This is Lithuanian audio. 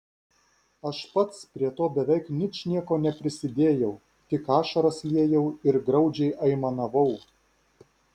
aš pats prie to beveik ničnieko neprisidėjau tik ašaras liejau ir graudžiai aimanavau